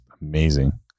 amazing